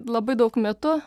labai daug mitų